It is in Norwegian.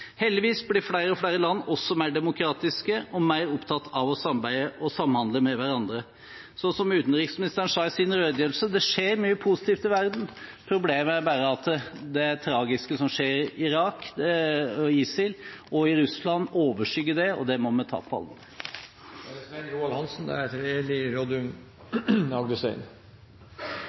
Heldigvis blir flere og flere land også mer demokratiske og mer opptatt av å samarbeide og samhandle med hverandre. Så som utenriksministeren sa i sin redegjørelse, skjer det mye positivt i verden. Problemet er bare at det tragiske som skjer – i Irak, med ISIL og i Russland – overskygger det, og det må vi ta på alvor.